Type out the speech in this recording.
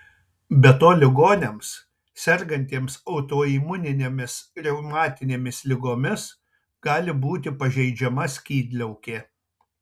be to ligoniams sergantiems autoimuninėmis reumatinėmis ligomis gali būti pažeidžiama skydliaukė